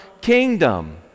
kingdom